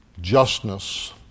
justness